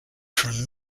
from